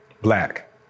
black